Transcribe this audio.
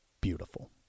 beautiful